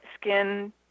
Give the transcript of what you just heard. skin